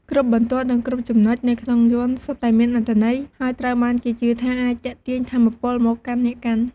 គ្រប់បន្ទាត់ និងគ្រប់ចំណុចនៅក្នុងយ័ន្តសុទ្ធតែមានអត្ថន័យ ហើយត្រូវបានគេជឿថាអាចទាក់ទាញថាមពលមកកាន់អ្នកកាន់។